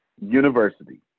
university